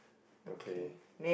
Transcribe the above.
okay